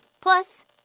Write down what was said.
Plus